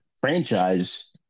franchise